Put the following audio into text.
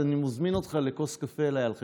אני מזמין אותך לכוס קפה אליי על חשבוני.